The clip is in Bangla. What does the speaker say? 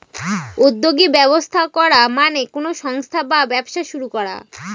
উদ্যোগী ব্যবস্থা করা মানে কোনো সংস্থা বা ব্যবসা শুরু করা